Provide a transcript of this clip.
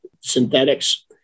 synthetics